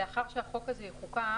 לאחר שהחוק הזה יחוקק,